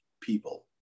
people